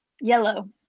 Yellow